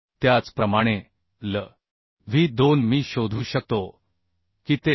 त्याचप्रमाणे L w 2 मी शोधू शकतो की ते 69